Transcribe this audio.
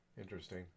Interesting